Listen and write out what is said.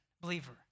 believer